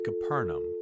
Capernaum